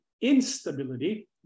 instability